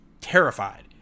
terrified